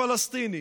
ישראל,